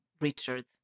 richard